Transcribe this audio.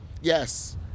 yes